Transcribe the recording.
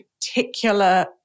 particular